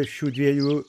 šių dviejų